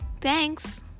Thanks